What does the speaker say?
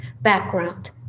background